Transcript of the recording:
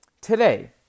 Today